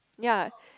ya